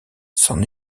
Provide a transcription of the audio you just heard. s’en